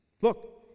Look